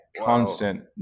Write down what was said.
constant